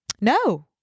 No